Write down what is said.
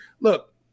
look